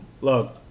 Look